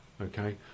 Okay